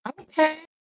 Okay